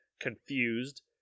confused